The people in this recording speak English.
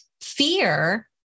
fear